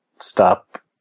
stop